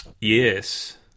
Yes